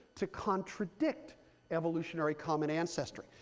to contradict evolutionary common ancestry.